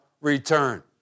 return